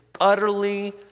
utterly